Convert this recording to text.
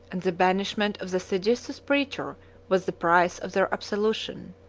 and the banishment of the seditious preacher was the price of their absolution.